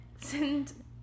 Send